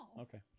Okay